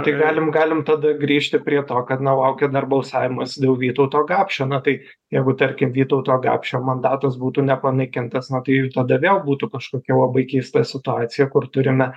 tai galim galim tada grįžti prie to kad na laukia dar balsavimas dėl vytauto gapšio na tai jeigu tarkim vytauto gapšio mandatas būtų nepanaikintas na tai tada vėl būtų kažkokia labai keista situacija kur turime